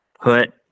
put